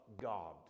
God